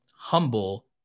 humble